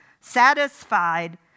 Satisfied